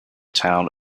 town